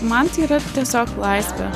man tai yra tiesiog laisvė